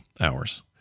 hours